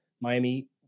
Miami